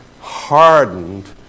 hardened